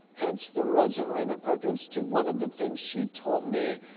hence the rosa and raymond park institute. one of the things she told me,